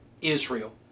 Israel